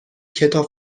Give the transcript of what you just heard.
کتاب